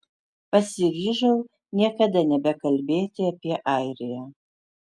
pasiryžau niekada nebekalbėti apie airiją